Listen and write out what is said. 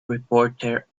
reporter